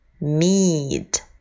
meat